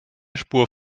spur